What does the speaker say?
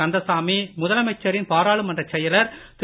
கந்தசாமி முதலமைச்சரின் பாராளுமன்றச் செயலர் திரு